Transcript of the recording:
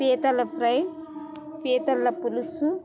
పీతల ఫ్రై పీతల పులుసు